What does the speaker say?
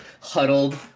huddled